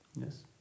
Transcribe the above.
yes